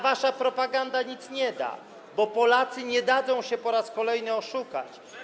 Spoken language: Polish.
Wasza propaganda nic nie da, bo Polacy nie dadzą się po raz kolejny oszukać.